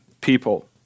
people